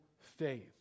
faith